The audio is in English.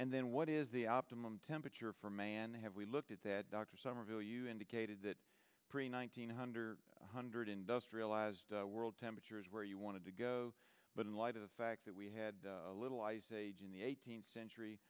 and then what is the optimum temperature for man have we looked at that dr somerville you indicated that pre nine hundred hundred industrialized world temperature is where you want to go but in light of the fact that we had a little ice age in the eighteenth century